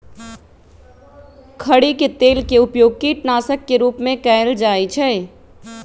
खरी के तेल के उपयोग कीटनाशक के रूप में कएल जाइ छइ